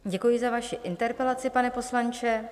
Děkuji za vaši interpelaci, pane poslanče.